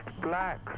black